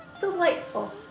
Delightful